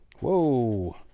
Whoa